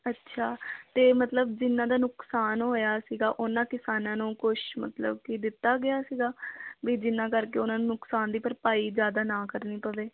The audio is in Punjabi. ਅੱਛਾ ਅਤੇ ਮਤਲਬ ਜਿਨ੍ਹਾਂ ਦਾ ਨੁਕਸਾਨ ਹੋਇਆ ਸੀਗਾ ਉਹਨਾਂ ਕਿਸਾਨਾਂ ਨੂੰ ਕੁਛ ਮਤਲਬ ਕਿ ਦਿੱਤਾ ਗਿਆ ਸੀਗਾ ਵੀ ਜਿਨਾਂ ਕਰਕੇ ਉਹਨਾਂ ਨੂੰ ਨੁਕਸਾਨ ਦੀ ਭਰਪਾਈ ਜ਼ਿਆਦਾ ਨਾ ਕਰਨੀ ਪਵੇ